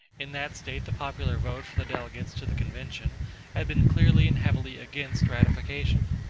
in that state the popular vote for the delegates to the convention had been clearly and heavily against ratification.